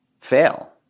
fail